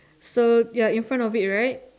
so ya in front of it right